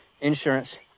insurance